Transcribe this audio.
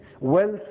Wealth